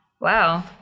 Wow